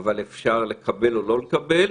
אבל אפשר לקבל או לא לקבל,